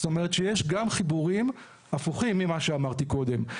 זאת אומרת שיש גם חיבורים הפוכים ממה שאמרתי קודם.